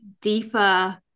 deeper